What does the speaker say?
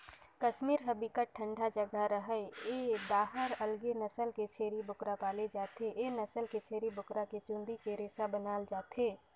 कस्मीर ह बिकट ठंडा जघा हरय ए डाहर अलगे नसल के छेरी बोकरा पाले जाथे, ए नसल के छेरी बोकरा के चूंदी के रेसा बनाल जाथे